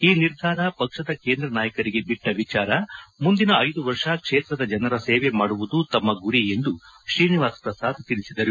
ಈ ನಿರ್ಧಾರ ಪಕ್ಷದ ಕೇಂದ್ರ ನಾಯಕರಿಗೆ ಬಿಟ್ಟ ವಿಚಾರ ಮುಂದಿನ ಐದು ವರ್ಷ ಕ್ಷೇತ್ರದ ಜನರ ಸೇವೆ ಮಾಡುವುದು ತಮ್ಮ ಗುರಿ ಎಂದು ಶ್ರೀನಿವಾಸ ಪ್ರಸಾದ್ ತಿಳಿಸಿದರು